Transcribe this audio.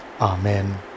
Amen